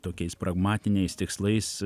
tokiais pragmatiniais tikslais